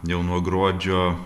jau nuo gruodžio